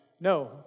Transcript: No